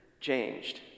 changed